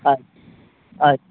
ಹಾಂ ಆಯ್ತು